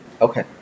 Okay